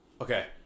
Okay